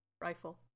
rifle